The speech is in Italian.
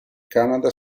canada